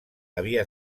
havia